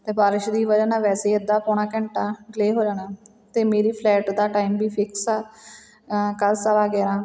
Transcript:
ਅਤੇ ਬਾਰਿਸ਼ ਦੀ ਵਜ੍ਹਾ ਨਾਲ ਵੈਸੇ ਅੱਧਾ ਪੌਣਾ ਘੰਟਾ ਡਿਲੇਅ ਹੋ ਜਾਣਾ ਅਤੇ ਮੇਰੀ ਫਲਾਈਟ ਦਾ ਟਾਈਮ ਵੀ ਫਿਕਸ ਆ ਕੱਲ੍ਹ ਸਵਾ ਗਿਆਰ੍ਹਾਂ